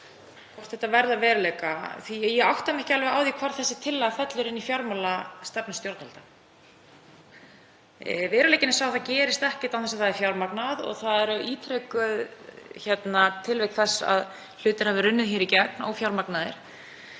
hvort þetta verði að veruleika, því að ég átta mig ekki alveg á því hvar þessi tillaga fellur inn í fjármálastefnu stjórnvalda. Veruleikinn er sá að það gerist ekkert án þess að það sé fjármagnað og það eru ítrekuð tilvik þess að hlutir hafi runnið í gegn ófjármagnaðir.